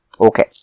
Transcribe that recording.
Okay